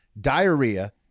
diarrhea